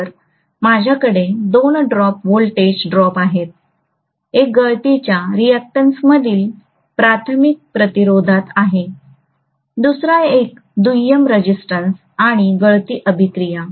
तर माझ्याकडे दोन ड्रॉप व्होल्टेज ड्रॉप आहेत एक गळतीच्या रिअक्टन्समधील प्राथमिक प्रतिरोधात आहे दुसरा एक दुय्यम रेजिस्टन्स आणि गळती अभिक्रिया